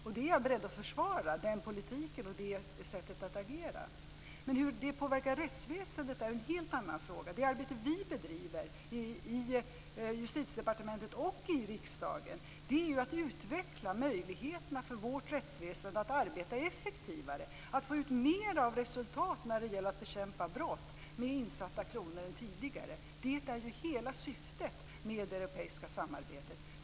Och den politiken och det sättet att agera är jag beredd att försvara. Men hur det påverkar rättsväsendet är en helt annan fråga. Det arbete som vi bedriver i Justitiedepartementet och i riksdagen är ju att utveckla möjligheterna för vårt rättsväsende att arbeta effektivare, att få ut mer av resultat än tidigare med insatta kronor när det gäller att bekämpa brott. Det är ju hela syftet med det europeiska samarbetet.